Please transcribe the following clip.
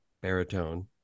baritone